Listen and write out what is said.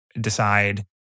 decide